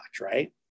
right